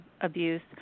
abuse